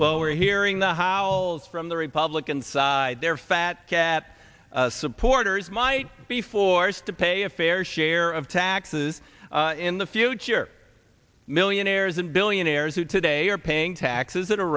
well we're hearing the how old from the republican side their fat cat supporters might be forced to pay a fair share of taxes in the future millionaires and billionaires who today are paying taxes at a